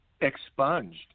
expunged